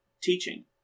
teaching